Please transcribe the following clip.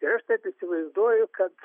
ir aš taip įsivaizduoju kad